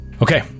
Okay